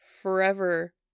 forever